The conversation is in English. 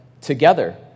together